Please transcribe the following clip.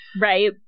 Right